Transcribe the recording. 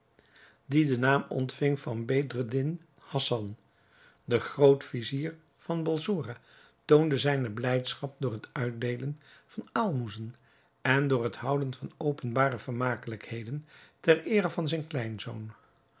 die den naam ontving van bedreddin hassan de groot-vizier van balsora toonde zijne blijdschap door het uitdeelen van aalmoezen en door het houden van openbare vermakelijkheden ter eere van zijn